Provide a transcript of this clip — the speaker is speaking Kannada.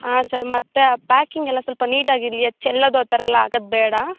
ಆ ಸರ್ ಮತ್ತೆ ಪ್ಯಾಕಿಂಗೆಲ್ಲ ಸ್ವಲ್ಪ ನೀಟಾಗಿರಲಿ ಅದು ಚೆಲ್ಲೋದು ಆ ಥರ ಎಲ್ಲ ಆಗೋದು ಬೇಡ